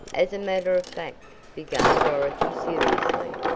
as a matter of fact, began dorothy seriously,